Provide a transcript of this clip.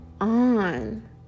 on